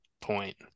point